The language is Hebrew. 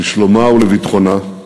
לשלומה ולביטחונה,